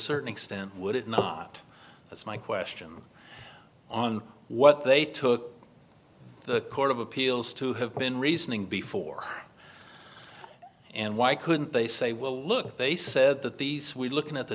certain extent would it not that's my question on what they took the court of appeals to have been reasoning before and why couldn't they say well look they said that these we're looking at the